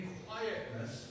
quietness